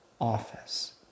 office